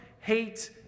hate